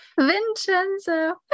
vincenzo